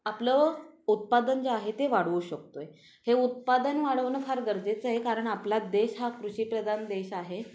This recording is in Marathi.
आपलं उत्पादन जे आहे ते वाढवू शकतो आहे हे उत्पादन वाढवणं फार गरजेचं आहे कारण आपला देश हा कृषीप्रधान देश आहे